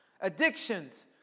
addictions